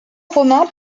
romain